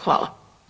Hvala.